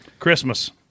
Christmas